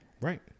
right